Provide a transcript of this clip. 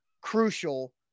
crucial